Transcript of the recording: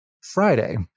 Friday